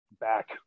back